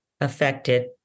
affected